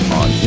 on